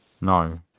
No